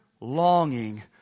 longing